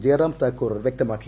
Jayaram Thakur പ്പൃക്തമാക്കി